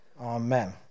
Amen